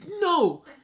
no